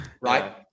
right